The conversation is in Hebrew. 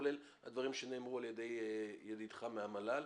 כולל הדברים שנאמרו על ידי ידידך מהמל"ל.